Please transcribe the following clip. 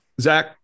Zach